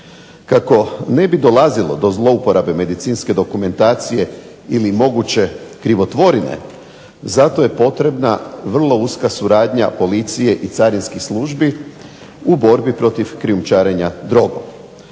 Kako ne bi dolazilo do zlouporabe medicinske dokumentacije ili moguće krivotvorine zato je potrebna vrlo uska suradnja policije i carinskih službi u borbi protiv krijumčarenja drogom.